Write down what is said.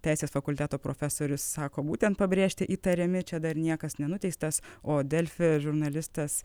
teisės fakulteto profesorius sako būtent pabrėžti įtariami čia dar niekas nenuteistas o delfi žurnalistas